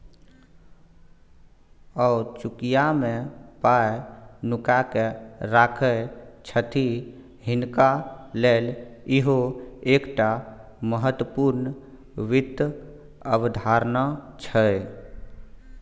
ओ चुकिया मे पाय नुकाकेँ राखय छथि हिनका लेल इहो एकटा महत्वपूर्ण वित्त अवधारणा छै